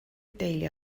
deulu